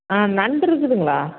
ஆ நண்டு இருக்குதுங்களா